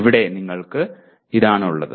ഇവിടെ നിങ്ങൾക്ക് ഇതാണ് ഉള്ളത്